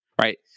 right